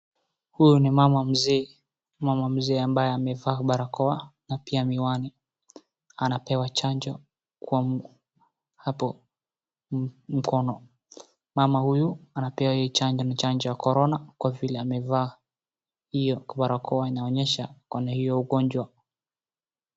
Huyu ni mama mzee, mama mzee ambaye amevaa barakoa na pia miwani anapewa chanjo hapo kwa mkono mama huyu anapea yeye chanjo ni chanjo ya corona kwa vile amevaa hio barakoa inaonyesha ako na hiyo ugonjwa.